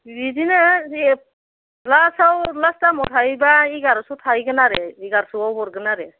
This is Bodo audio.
बिदिनो एक लास्टआव लास्ट दामाव थाहैयोबा एगारस' थाहैगोन आरो एगारस'आव हरगोन आरो